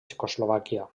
txecoslovàquia